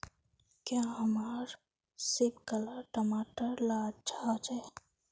क्याँ हमार सिपकलर टमाटर ला अच्छा होछै?